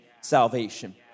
salvation